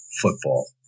football